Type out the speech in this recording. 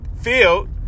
field